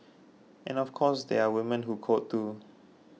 and of course there are women who called too